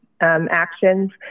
actions